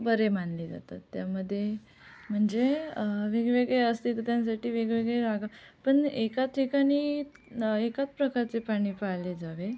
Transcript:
बरे मानले जातात त्यामध्ये म्हणजे वेगवेगळे असते तर त्यांसाठी वेगवेगळी जागा पण एकाच ठिकाणी एकाच प्रकारचे प्राणी पाळले जावे